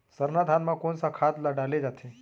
सरना धान म कोन सा खाद ला डाले जाथे?